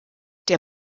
der